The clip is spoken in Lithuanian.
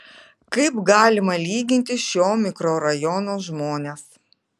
kaip galima lyginti šio mikrorajono žmones